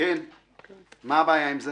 מה הבעיה עם זה?